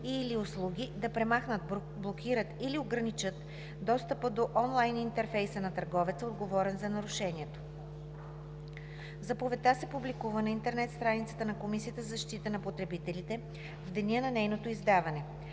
и/или услуги, да премахнат, блокират или ограничат достъпа до онлайн интерфейса на търговеца, отговорен за нарушението. Заповедта се публикува на интернет страницата на Комисията за защита на потребителите в деня на нейното издаване.